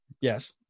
Yes